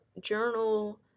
journal